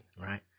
right